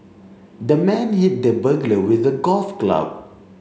the man hit the burglar with a golf club